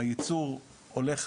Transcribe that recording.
הייצור הולך